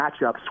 matchups